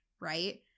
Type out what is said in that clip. right